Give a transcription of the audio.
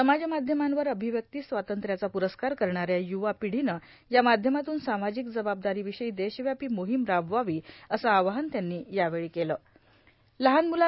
समाज माध्यमांवर अभिव्यक्ती स्वातंत्र्याचा प्रस्कार करणाऱ्या युवा पिढीनं या माध्यमातून सामाजिक जबाबदारीविषयी देशव्यापी मोहीम राबवावी असं आवाहन त्यांनी यावेळी केलं